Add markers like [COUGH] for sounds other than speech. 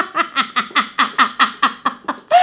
[LAUGHS]